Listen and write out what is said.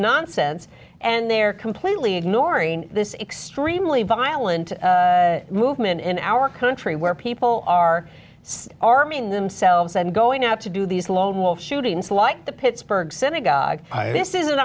nonsense and they're completely ignoring this is extremely violent movement in our country where people are so arming themselves and going out to do these lone wolf shootings like the pittsburgh synagogue this is an